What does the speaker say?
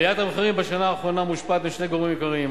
עליית המחירים בשנה האחרונה מושפעת משני גורמים עיקריים.